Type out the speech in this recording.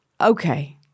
okay